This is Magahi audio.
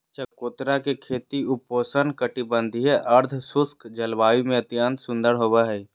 चकोतरा के खेती उपोष्ण कटिबंधीय, अर्धशुष्क जलवायु में अत्यंत सुंदर होवई हई